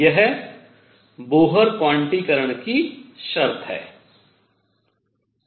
यह बोहर क्वांटीकरण की शर्त है